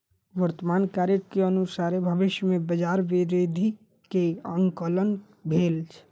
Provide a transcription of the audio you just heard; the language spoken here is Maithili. वर्तमान कार्य के अनुसारे भविष्य में बजार वृद्धि के आंकलन भेल